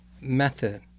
method